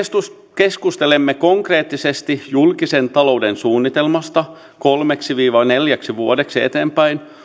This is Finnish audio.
keskustelemme konkreettisesti julkisen talouden suunnitelmasta kolmeksi viiva neljäksi vuodeksi eteenpäin